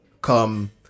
come